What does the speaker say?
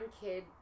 kid